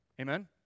Amen